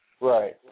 Right